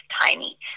tiny